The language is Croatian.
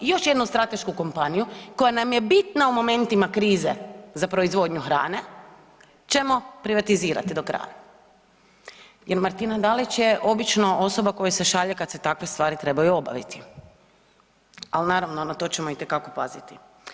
I još jednu stratešku kompaniju koja nam je bitna u momentima krize za proizvodnju hrane ćemo privatizirati do kraja jer Martina Dalić je obično osoba koja se šalje kad se takve stvari trebaju obaviti, ali naravno na to ćemo itekako paziti.